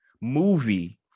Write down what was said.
movie